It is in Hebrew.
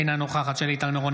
אינה נוכחת שלי טל מירון,